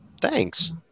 Thanks